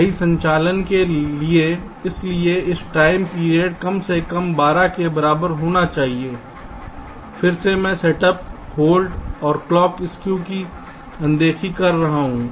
सही संचालन के लिए इसलिए इस टाइम पीरियड कम से कम 12 के बराबर होना चाहिए फिर से मैं सेटअप होल्ड और क्लॉक स्कू की अनदेखी कह रहा हूं